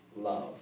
love